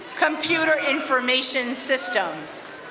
computer information systems.